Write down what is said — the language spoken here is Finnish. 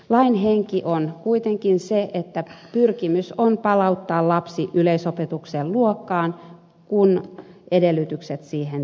lain henki on kuitenkin se että pyrkimys on palauttaa lapsi yleisopetuksen luokkaan kun edellytykset siihen täyttyvät